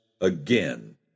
again